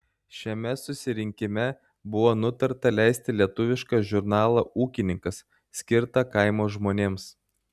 šiame susirinkime buvo nutarta leisti lietuvišką žurnalą ūkininkas skirtą kaimo žmonėms